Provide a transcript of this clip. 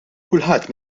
kulħadd